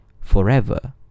forever